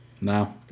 No